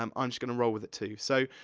um i'm just gonna roll with it too. so,